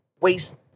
waste